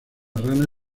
rana